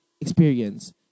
experience